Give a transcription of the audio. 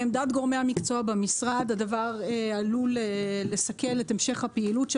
לעמדת גורמי המקצוע במשרד הדבר עלול לסכל את המשך הפעילות של